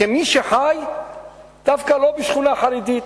כמי שחי דווקא לא בשכונה חרדית,